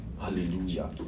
Hallelujah